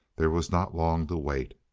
there was not long to wait.